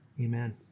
Amen